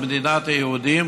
במדינת היהודים,